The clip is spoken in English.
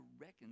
reckon